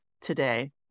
today